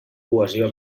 cohesió